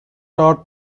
taught